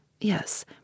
Yes